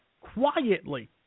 quietly